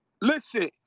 listen